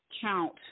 count